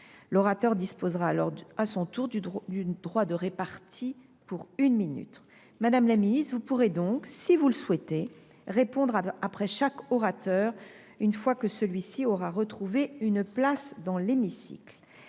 l’orateur disposera alors à son tour du droit de répartie, pour une minute. Madame la ministre déléguée, vous pourrez donc, si vous le souhaitez, répondre après chaque orateur, une fois que celui ci aura retrouvé une place dans l’hémicycle.